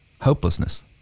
hopelessness